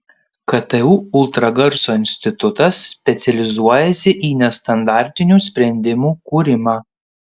ktu ultragarso institutas specializuojasi į nestandartinių sprendimų kūrimą